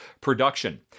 production